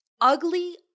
ugly